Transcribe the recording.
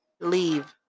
leave